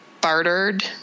bartered